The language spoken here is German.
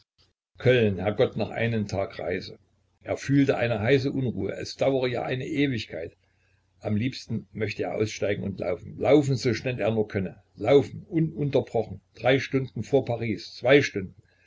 köln herrgott noch einen tag reise er fühlte eine heiße unruhe es daure ja eine ewigkeit am liebsten möchte er aussteigen und laufen laufen so schnell er nur könne laufen ununterbrochen drei stunden vor paris zwei stunden